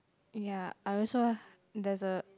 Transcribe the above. ya I also there's a